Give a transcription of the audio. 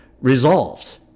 resolved